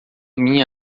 minha